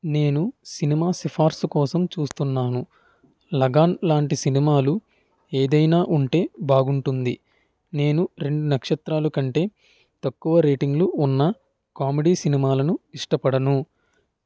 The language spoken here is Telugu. నేను సినిమా సిఫార్సు కోసం చూస్తున్నాను లగాన్ లాంటి సినిమాలు ఏదైనా ఉంటే బాగుంటుంది నేను రెండు నక్షత్రాలు కంటే తక్కువ రేటింగ్లు ఉన్న కామెడీ సినిమాలను ఇష్టపడను